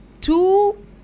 Two